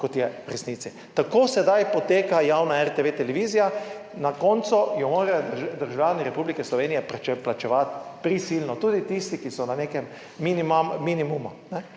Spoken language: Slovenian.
kot je v resnici; tako sedaj poteka javna RTV televizija. Na koncu jo morajo državljani Republike Slovenije plačevati prisilno. Tudi tisti, ki so na nekem minimumu.